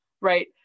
right